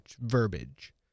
verbiage